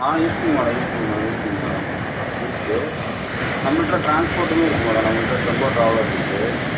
ஆ இருக்குங்க மேடம் இருக்குங்க மேடம் இருக்குங்க மேடம் இருக்கு நம்மள்கிட்ட டிரான்ஸ்போட்டுமே இருக்கு மேடம் நம்மள்கிட்ட டெம்போ டிராவல்லர் இருக்கு